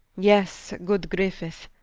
yes good griffith,